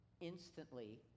instantly